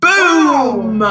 Boom